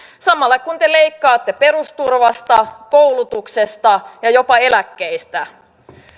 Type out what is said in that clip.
samalla kun te leikkaatte perusturvasta koulutuksesta ja jopa eläkkeistä